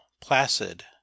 placid